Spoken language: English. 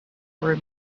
were